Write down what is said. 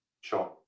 Sure